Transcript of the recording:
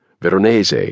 Veronese